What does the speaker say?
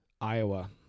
Iowa